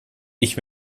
ich